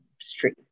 Street